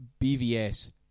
BVS